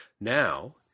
Now